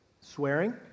Swearing